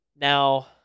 Now